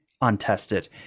Untested